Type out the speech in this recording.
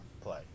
play